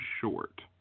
Short